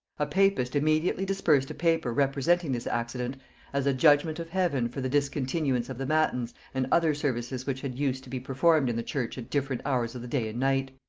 a papist immediately dispersed a paper representing this accident as a judgement of heaven for the discontinuance of the matins and other services which had used to be performed in the church at different hours of the day and night.